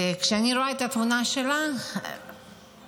וכשאני רואה את התמונה שלה אני